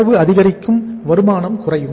செலவு அதிகரிக்கும் வருமானம் குறையும்